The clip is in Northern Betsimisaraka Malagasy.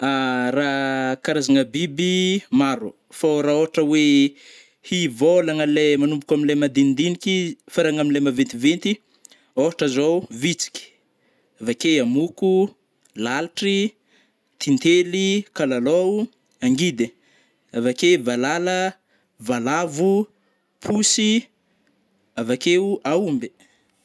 Ra karazagna biby maro, fô ra ôhatra oe hivôlagna le manomboko amile madinidiniky hifaragna amile maventiventy ôhatra zao vitsiky, avake moko, lalitry, tintely, kakalaô, angidy, avake valala, valavo, posy avakeo aomby.